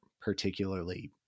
particularly